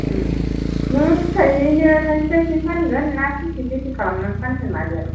नोङो ओरैनो थाइसे थाइसेनि फानगोन ना सेरसे सेरसे खालामनानै फानगोम मादैयालाय